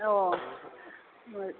औ